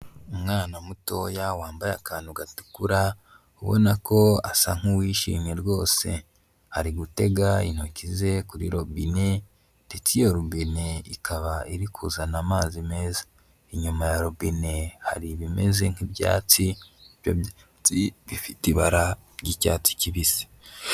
Umwana mutoya wambaye akantu gatukura, ubona ko asa nk'uwishimye rwose. Ari gutega intoki ze kuri robine, ndetse iyo robine ikaba iri kuzana amazi meza. Inyuma ya robine hari ibimeze nk'ibyatsi, ibyo byatsi bifite ibara ry'icyatsi kibisi.